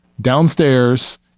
downstairs